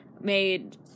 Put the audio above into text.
made